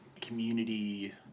community